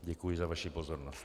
Děkuji za vaši pozornost.